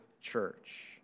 church